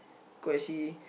go and see